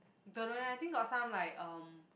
don't know eh I think got some like um